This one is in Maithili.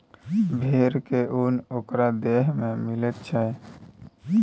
भेड़ के उन ओकरा देह से मिलई छई